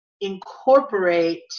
incorporate